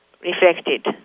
reflected